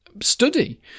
study